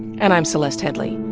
and i'm celeste headlee.